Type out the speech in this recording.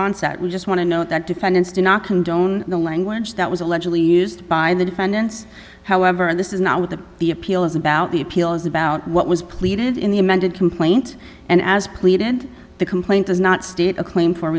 onset we just want to note that defendants do not condone the language that was allegedly used by the defendants however and this is not what the the appeal is about the appeal is about what was pleaded in the amended complaint and as pleaded the complaint does not state a claim for